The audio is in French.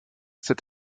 cet